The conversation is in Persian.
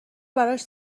براش